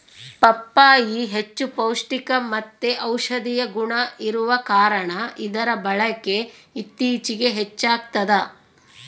ಪಪ್ಪಾಯಿ ಹೆಚ್ಚು ಪೌಷ್ಟಿಕಮತ್ತೆ ಔಷದಿಯ ಗುಣ ಇರುವ ಕಾರಣ ಇದರ ಬಳಕೆ ಇತ್ತೀಚಿಗೆ ಹೆಚ್ಚಾಗ್ತದ